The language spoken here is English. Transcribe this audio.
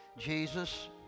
Jesus